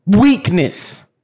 Weakness